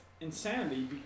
insanity